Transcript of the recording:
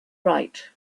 right